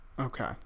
Okay